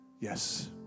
Yes